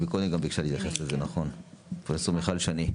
בבקשה, פרופ' מיכל שני.